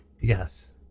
Yes